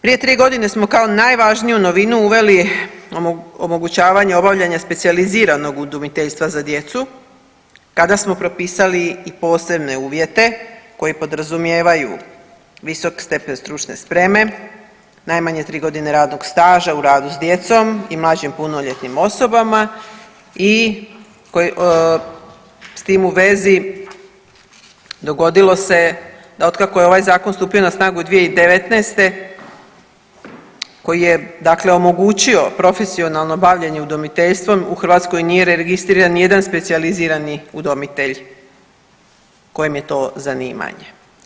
Prije tri godine smo kao najvažniju novinu uveli omogućavanje obavljanja specijaliziranog udomiteljstva za djecu kada smo propisali i posebne uvjete koji podrazumijevaju visok stepen stručne spreme, najmanje tri godine radnog staža u radu s djecom i mlađim punoljetnim osobama i s tim u vezi dogodilo se da od kako je ovaj zakon stupio na snagu 2019. koji je omogućio profesionalno bavljenje udomiteljstvom u Hrvatskoj nije registriran nijedan specijalizirani udomitelj kojem je to zanimanje.